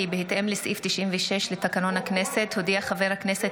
כי בהתאם לסעיף 96 לתקנון הכנסת הודיע חבר הכנסת